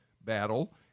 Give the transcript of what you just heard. battle